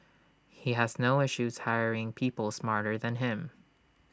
he has no issues hiring people smarter than him